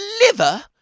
liver